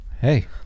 hey